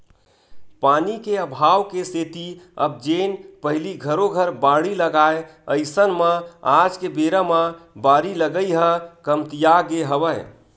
पानी के अभाव के सेती अब जेन पहिली घरो घर बाड़ी लगाय अइसन म आज के बेरा म बारी लगई ह कमतियागे हवय